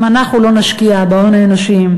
אם אנחנו לא נשקיע בהון האנושי,